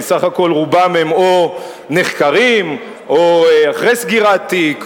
כי בסך הכול רובם הם או נחקרים או אחרי סגירת תיק,